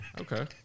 Okay